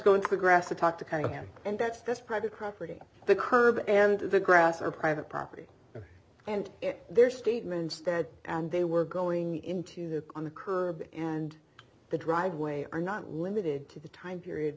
going to the grass to talk to kind of him and that's this private property the curb and the grass are private property and their statements that and they were going into the on the curb and the driveway are not limited to the time period